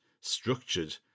structured